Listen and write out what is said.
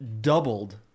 doubled